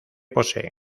poseen